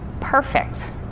perfect